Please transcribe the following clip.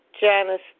Janice